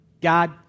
God